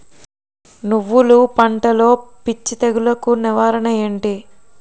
నువ్వులు పంటలో పిచ్చి తెగులకి నివారణ ఏంటి?